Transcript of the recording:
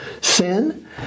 sin